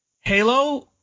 Halo